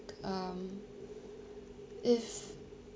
um if